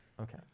Okay